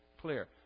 clear